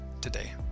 today